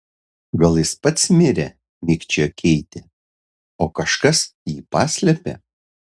gal jis pats mirė mikčiojo keitė o kažkas jį paslėpė